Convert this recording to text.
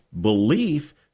belief